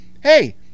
hey